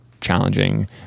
challenging